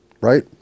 right